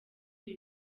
ibi